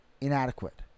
inadequate